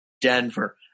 Denver